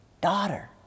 Daughter